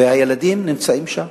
והילדים נמצאים שם,